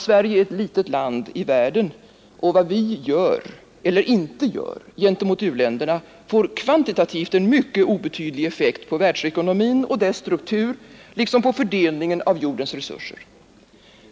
Sverige är ett litet land i världen, och vad vi gör eller inte gör gentemot u-länderna får kvantitativt en mycket obetydlig effekt på världsekonomin och dess struktur liksom på fördelningen av jordens resurser.